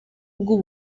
bw’u